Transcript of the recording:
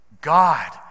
God